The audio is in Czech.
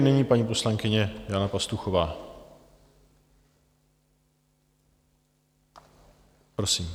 Nyní paní poslankyně Jana Pastuchová, prosím.